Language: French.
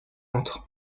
entre